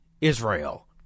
Israel